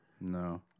No